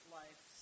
life